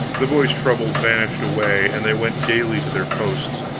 the boys' troubles vanished away, and they went gaily to their posts.